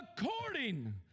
according